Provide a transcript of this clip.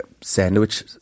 sandwich